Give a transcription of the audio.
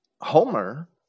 Homer